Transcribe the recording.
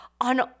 on